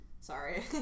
Sorry